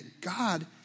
God